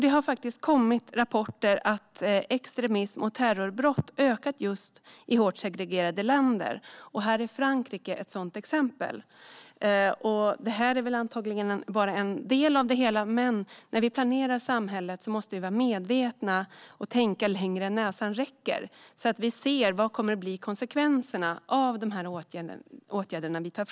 Det har kommit rapporter om att extremism och terrorbrott har ökat i just hårt segregerade länder. Frankrike är här ett sådant exempel. Antagligen är detta bara en del av det hela. Men när vi planerar samhället måste vi vara medvetna och tänka längre än näsan räcker så att vi ser vilka konsekvenserna blir av de åtgärder vi vidtar.